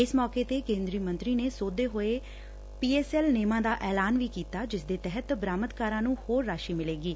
ਇਸ ਮੌਕੇ ਤੇ ਕੇ ਂਦਰੀ ਮੰਤਰੀ ਨੇ ਸੋਧੇ ਹੋਏ ਪੀ ਐਸ ਐਲ ਨੇਮਾਂ ਦਾ ਐਲਾਨ ੱਵੀ ਕੀਤਾ ਜਿਸ ਦੇ ਤਹਿੱਤ ਬਰਾਮਦਕਾਰਾਂ ਨੂੰ ਹੋਰ ਰਾਸੀ ਮਿਲੇਗੀ